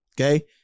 Okay